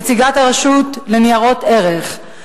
נציגת הרשות לניירות ערך,